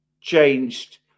changed